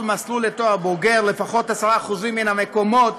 מסלול לתואר בוגר לפחות 10% מן המקומות